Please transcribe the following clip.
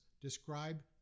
describe